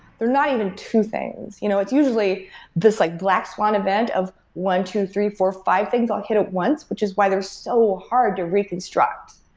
they're not even two things. you know it's usually this like black swan event of one, two, three, four, five things i'll hit at once, which is why they're so hard to reconstruct.